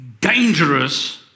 dangerous